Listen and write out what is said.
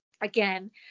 again